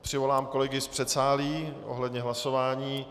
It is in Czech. Přivolám kolegy z předsálí ohledně hlasování.